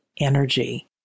energy